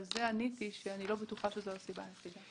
על זה אמרתי שאני לא בטוחה שזו הסיבה היחידה.